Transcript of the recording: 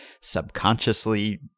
subconsciously